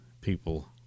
people